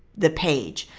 the page,